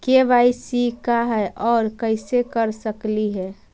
KYC का है, और कैसे कर सकली हे?